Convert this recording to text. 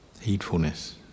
heedfulness